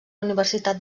universitat